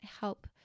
help